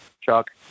Chuck